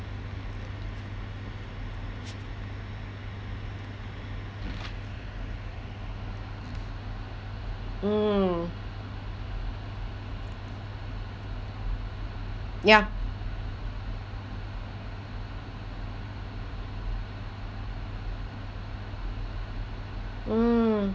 mm ya mm